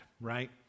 right